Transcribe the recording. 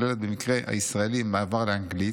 הכוללת במקרה הישראלי מעבר לאנגלית,